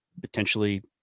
potentially